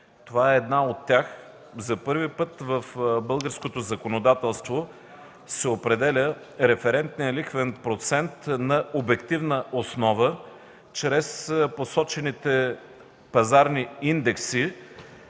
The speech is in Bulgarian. тази е една от тях. За първи път в българското законодателство се определя референтният лихвен процент на обективна основа чрез посочените пазарни индекси